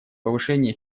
повышения